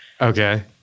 Okay